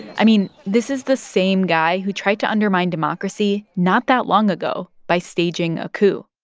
i mean, this is the same guy who tried to undermine democracy not that long ago by staging a coup.